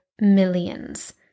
millions